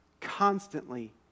constantly